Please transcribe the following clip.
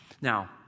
Now